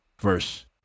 verse